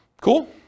Cool